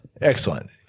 Excellent